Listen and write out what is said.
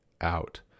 out